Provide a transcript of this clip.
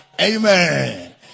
amen